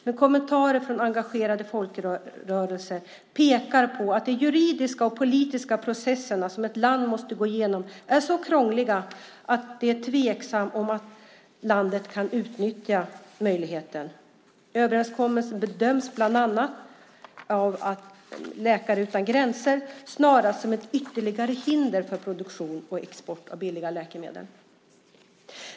Men kommentarer från engagerade folkrörelser pekar på att de juridiska och politiska processer som ett land måste gå igenom är så krångliga att det är tveksamt om landet kan utnyttja möjligheten. Överenskommelsen bedöms av bland andra Läkare Utan Gränser snarast som ett ytterligare hinder för produktion och export av billiga läkemedel.